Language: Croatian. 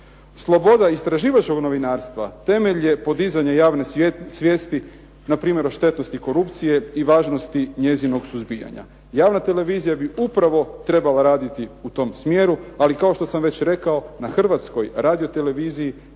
Sloboda istraživačkog novinarstva temelj je podizanja javne svijesti npr. o štetnosti korupcije i važnosti njezinog suzbijanja. Javna televizija bi upravo trebala raditi u tom smjeru, ali kao što sam već rekao na Hrvatskoj radioteleviziji